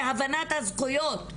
בהבנת הזכויות,